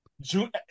June